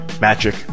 magic